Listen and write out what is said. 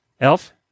Elf